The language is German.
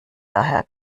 daher